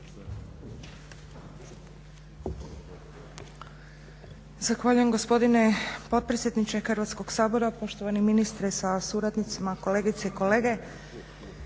Zahvaljujem gospodine potpredsjedniče Hrvatskog sabora. Poštovani ministre sa suradnicima, kolegice i kolege.